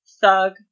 thug